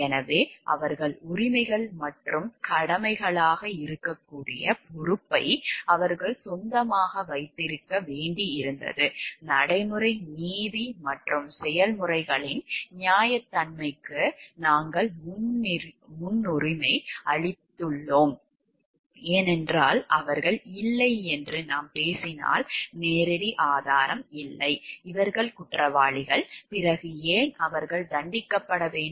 எனவே அவர்கள் உரிமைகள் மற்றும் கடமைகளாக இருக்கக்கூடிய பொறுப்பை அவர்கள் சொந்தமாக வைத்திருக்க வேண்டியிருந்தது நடைமுறை நீதி மற்றும் செயல்முறைகளின் நியாயத்தன்மைக்கு நாங்கள் முன்னுரிமை அளித்துள்ளோம் ஏனென்றால் அவர்கள் இல்லை என்று நாம் பேசினால் நேரடி ஆதாரம் இல்லை இவர்கள் குற்றவாளிகள் பிறகு ஏன் அவர்கள் தண்டிக்கப்பட வேண்டும்